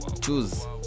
choose